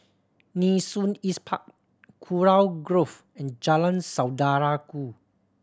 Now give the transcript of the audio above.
Nee Soon East Park Kurau Grove and Jalan Saudara Ku